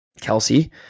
Kelsey